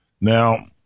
Now